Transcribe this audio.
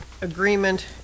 agreement